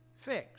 fixed